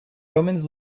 romans